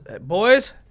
boys –